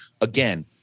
again